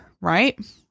right